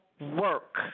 work